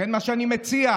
לכן, מה שאני מציע,